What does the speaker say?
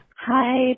Hi